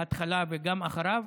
בהתחלה וגם אחריו,